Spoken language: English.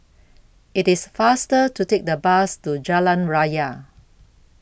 IT IS faster to Take The Bus to Jalan Raya